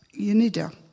Unida